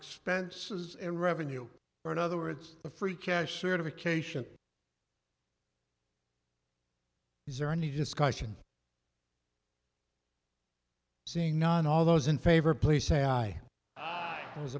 expenses and revenue or in other words a free cash certification is there any discussion seeing non all those in favor please say i was